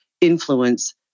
influence